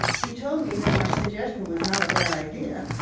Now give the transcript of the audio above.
he told me that my suggestion was not a bad idea,